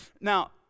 now